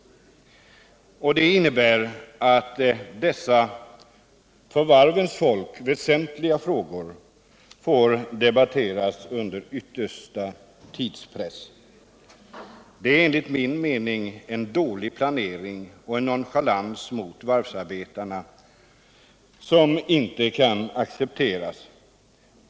Det innebär att dessa för varvens folk väsentliga frågor får debatteras under yttersta tidspress. Det är enligt min mening en dålig planering och en nonchalans mot varvsarbetarna som inte kan accepteras.